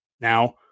Now